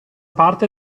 parte